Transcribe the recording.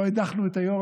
לא הדחנו את היו"ר,